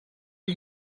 are